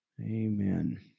Amen